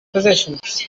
positions